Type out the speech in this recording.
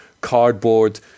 cardboard